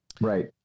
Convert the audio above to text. right